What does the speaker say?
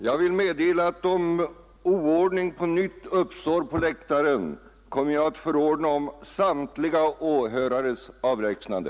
Jag vill meddela, att om oordning på nytt uppstår på läktaren kommer jag att förordna om samtliga åhörares avlägsnande.